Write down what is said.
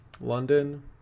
London